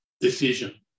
decision